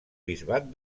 bisbat